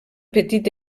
petit